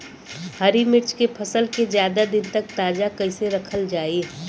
हरि मिर्च के फसल के ज्यादा दिन तक ताजा कइसे रखल जाई?